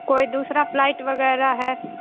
کوئی دوسرا فلائٹ وغیرہ ہے